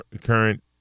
current